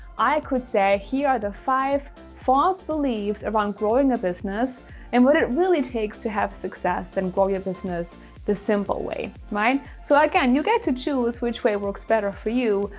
i could say, here are the five false beliefs around growing a business and what it really takes to have success and grow your business the simple way mine. so again, you get to choose which way works better for you,